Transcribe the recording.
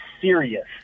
serious